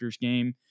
game